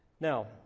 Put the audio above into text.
Now